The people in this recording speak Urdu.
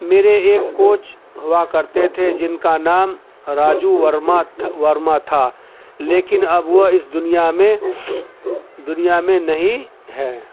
میرے ایک کوچ ہوا کرتے تھے جن کا نام راجو ورما ورما تھا لیکن اب وہ اس دنیا میں دنیا میں نہیں ہیں